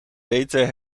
beter